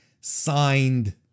signed